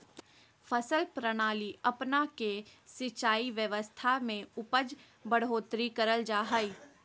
फसल प्रणाली अपना के सिंचाई व्यवस्था में उपज बढ़ोतरी करल जा हइ